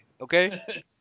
okay